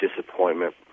disappointment